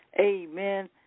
Amen